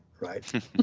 right